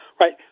right